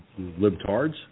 libtards